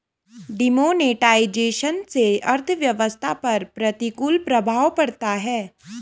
demonetisation से अर्थव्यवस्था पर प्रतिकूल प्रभाव पड़ता है